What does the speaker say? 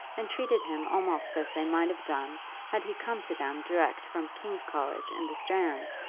and treated him almost as they might have done had he come to them direct from king's college, in the strand,